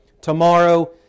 tomorrow